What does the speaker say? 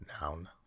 noun